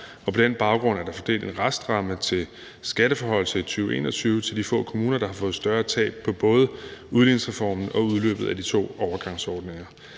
på den baggrund er der fordelt en restramme til skatteforhøjelser i 2021 til de få kommuner, der har fået større tab på både udligningsreformen og udløbet af de to overgangsordninger.